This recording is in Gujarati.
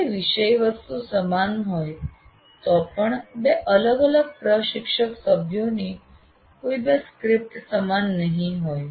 ભલે વિષય વસ્તુ સમાન હોય તો પણ બે અલગ અલગ પ્રશિક્ષક સભ્યોની કોઈ બે સ્ક્રિપ્ટ સમાન નહીં હોય